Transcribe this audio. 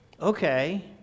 Okay